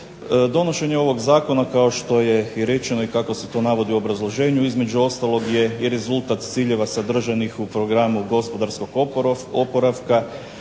Donošenje ovog zakona kao što je i rečeno, i kako se to navodi u obrazloženju, između ostalog je i rezultat ciljeva sadržanih u programu gospodarskog oporavka,